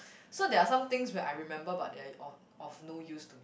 so there are some things where I remember but they are of of no use to me